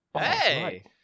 Hey